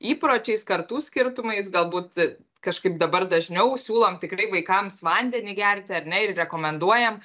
įpročiais kartų skirtumais galbūt kažkaip dabar dažniau siūlom tikrai vaikams vandenį gerti ar ne ir rekomenduojam